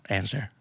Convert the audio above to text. answer